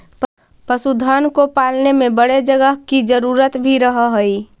पशुधन को पालने में बड़े जगह की जरूरत भी रहअ हई